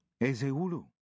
Ezeulu